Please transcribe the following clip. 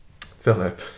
Philip